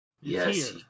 Yes